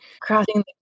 crossing